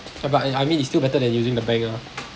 uh but I I mean it's still better than using the bank ah